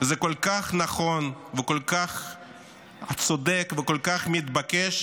זה כל כך נכון, כל כך צודק וכל כך מתבקש,